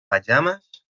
pajamas